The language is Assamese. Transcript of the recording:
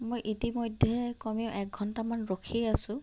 মই ইতিমধ্যেই কমেও একঘন্টামান ৰখিয়েই আছো